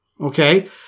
Okay